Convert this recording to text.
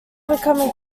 becoming